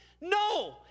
No